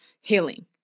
healing